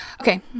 Okay